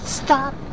stop